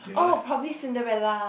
oh probably Cinderella